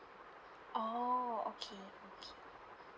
orh okay okay